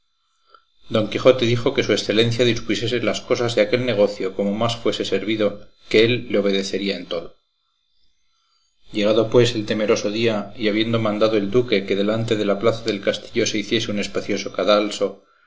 don quijote dijo que su excelencia dispusiese las cosas de aquel negocio como más fuese servido que él le obedecería en todo llegado pues el temeroso día y habiendo mandado el duque que delante de la plaza del castillo se hiciese un espacioso